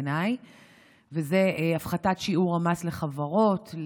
וזה הפחתת שיעור המס לחברות,